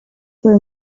for